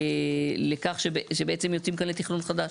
לכך שבעצם יוצאים כך לתכנון חדש.